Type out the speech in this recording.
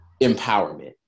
empowerment